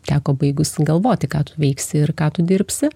teko baigus galvoti ką tu veiksi ir ką tu dirbsi